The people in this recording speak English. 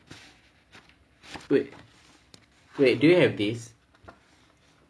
wait wait do you have this